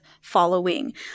following